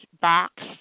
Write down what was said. box